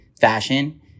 fashion